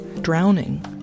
drowning